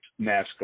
NASCAR